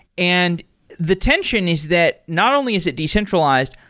and the tension is that not only is it decentralized,